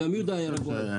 גם יהודה היה רגוע יותר.